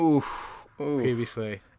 previously